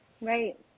Right